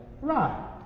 Right